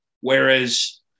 whereas